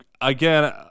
again